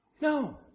No